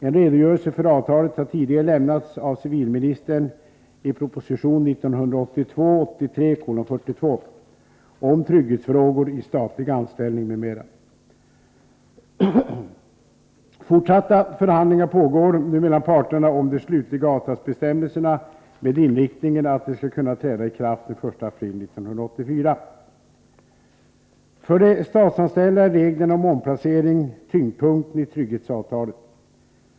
En redogörelse för avtalet har tidigare lämnats av ningsstopp i statliga civilministern i proposition 1982/83:42 om trygghetsfrågor i statlig anställning — verk m. m För de statsanställda är reglerna om omplacering tyngdpunkten i trygghetsavtalet.